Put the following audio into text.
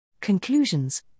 Conclusions